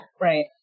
right